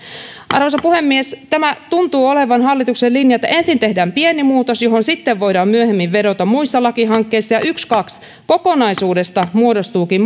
arvoisa puhemies tämä tuntuu olevan hallituksen linja että ensin tehdään pieni muutos johon sitten voidaan myöhemmin vedota muissa lakihankkeissa ja ykskaks kokonaisuudesta muodostuukin